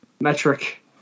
metric